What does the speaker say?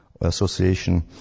Association